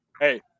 Hey